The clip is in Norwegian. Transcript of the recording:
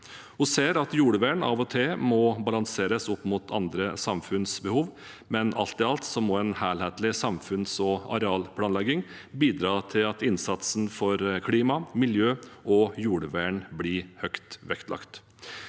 Vi ser at jordvern av og til må balanseres opp mot andre samfunnsbehov, men alt i alt må en helhetlig samfunns- og arealplanlegging bidra til at innsatsen for klima, miljø og jordvern blir høyt vektlagt.